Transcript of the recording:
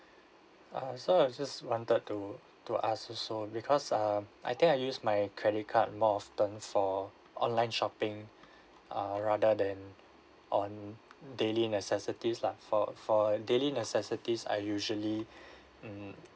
uh so I just wanted to to ask also because um I think I use my credit card more often for online shopping uh rather than on daily necessities lah for for daily necessities I usually mm